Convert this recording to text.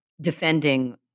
defending